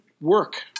work